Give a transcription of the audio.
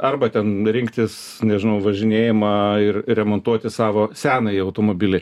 arba ten rinktis nežinau važinėjamą ir remontuoti savo senąjį automobilį